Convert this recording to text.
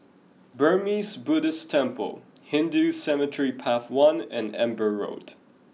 Burmese Buddhist Temple Hindu Cemetery Path one and Amber Road